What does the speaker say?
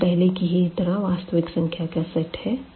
R पहले की ही तरह वास्तविक संख्या का सेट है